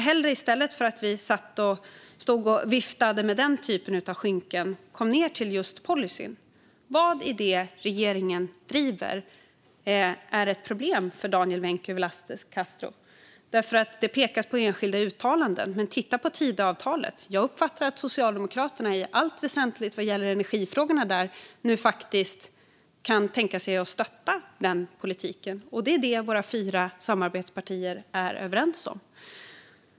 I stället för att man står och viftar med den typen av skynken skulle jag hellre komma till just policyn. Vad i det som regeringen driver är ett problem för Daniel Vencu Velasquez Castro? Det pekas på enskilda uttalanden, men titta på Tidöavtalet. Jag uppfattar att Socialdemokraterna i allt väsentligt vad gäller energifrågorna nu kan tänka sig att stötta den politiken, och det är det våra fyra samarbetspartier är överens om.